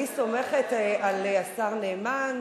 אני סומכת על השר נאמן,